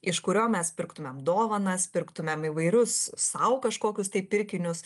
iš kurio mes pirktumėm dovanas pirktumėm įvairius sau kažkokius tai pirkinius